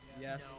Yes